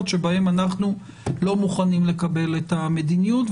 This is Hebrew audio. שבהם אנחנו לא מוכנים לקבל את המדיניות.